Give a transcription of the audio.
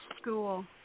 school